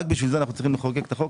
רק בשביל זה אנחנו צריכים לחוקק את החוק